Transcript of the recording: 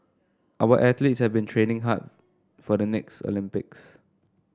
our athletes have been training hard for the next Olympics